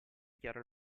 chiaro